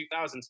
2000s